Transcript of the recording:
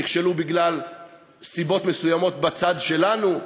נכשלו בגלל סיבות מסוימות בצד שלנו.